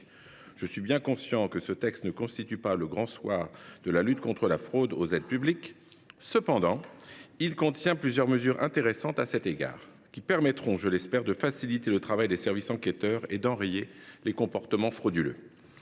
Je suis bien conscient que ce texte ne constitue pas le Grand Soir de la lutte contre la fraude aux aides publiques. Ah ! Cependant, il contient plusieurs mesures intéressantes à cet égard, qui permettront – je l’espère – de faciliter le travail des services enquêteurs et d’enrayer les comportements frauduleux.